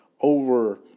over